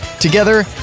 Together